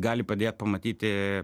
gali padėt pamatyti